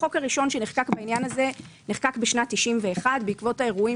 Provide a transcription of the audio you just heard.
החוק הראשון שנחקק בעניין הזה נחקק בשנת 1991 בעקבות האירועים